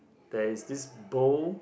there is this bowl